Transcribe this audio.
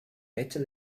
better